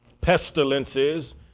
pestilences